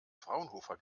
fraunhofer